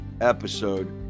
episode